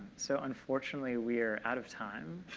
so unfortunately, we are out of time.